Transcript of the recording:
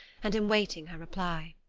and am waiting her reply.